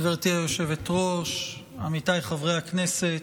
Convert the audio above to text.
גברתי היושבת-ראש, עמיתיי חברי הכנסת,